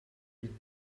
huit